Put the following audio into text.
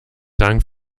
dank